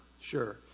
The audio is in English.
sure